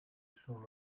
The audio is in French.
son